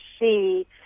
see